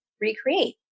recreate